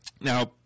Now